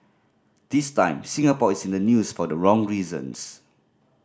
this time Singapore is in the news for the wrong reasons